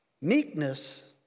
Meekness